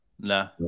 no